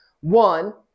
One